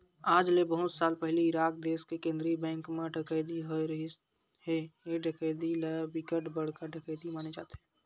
आज ले बहुत साल पहिली इराक देस के केंद्रीय बेंक म डकैती होए रिहिस हे ए डकैती ल बिकट बड़का डकैती माने जाथे